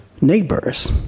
neighbors